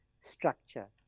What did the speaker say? structure